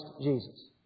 Jesus